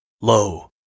Lo